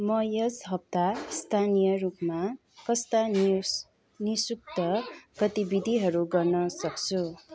म यस हफ्ता स्थानीय रूपमा कस्ता निर्स निःशुल्क गतिविधिहरू गर्न सक्छु